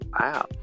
Wow